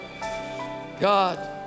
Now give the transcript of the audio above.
God